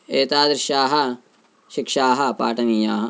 एतादृश्यः शिक्षाः पाठनीयाः